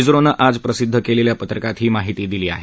स्रोनं आज प्रसिद्ध केलेल्या पत्रकात ही माहिती दिली आहे